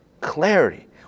clarity